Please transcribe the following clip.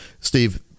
Steve